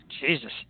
Jesus